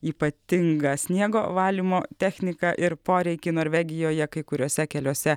ypatingą sniego valymo techniką ir poreikį norvegijoje kai kuriuose keliuose